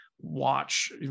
watch